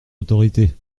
autorité